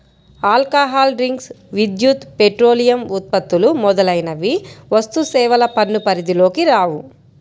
alcohol drinks, విద్యుత్, petroleum ఉత్పత్తులు మొదలైనవి వస్తుసేవల పన్ను పరిధిలోకి రావు